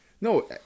no